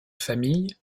famille